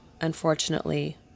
Unfortunately